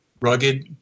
rugged